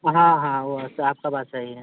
हाँ हाँ वह आपकी बात सही है